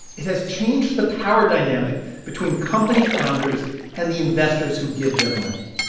it has changed the power dynamic between company founders and the investors who give them money.